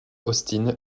austin